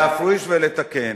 להפריש ולתקן.